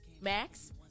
max